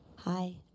hi.